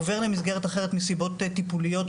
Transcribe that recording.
עובר למסגרת אחרת מסיבות טיפוליות,